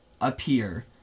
appear